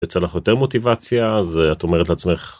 יוצר לך יותר מוטיבציה אז את אומרת לעצמך.